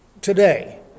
today